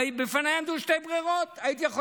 הרי בפניי עמדו שתי ברירות: הייתי יכול